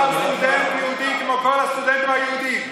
הלומד תורה הוא סטודנט יהודי כמו כל הסטודנטים היהודים,